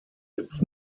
its